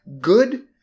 good